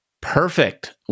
Perfect